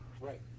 Right